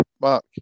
Mark